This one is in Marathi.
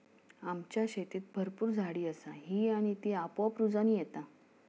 आमच्या शेतीत भरपूर झाडी असा ही आणि ती आपोआप रुजान येता